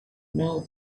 now